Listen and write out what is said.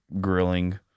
grilling